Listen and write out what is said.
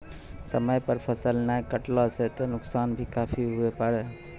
समय पर फसल नाय कटला सॅ त नुकसान भी काफी हुए पारै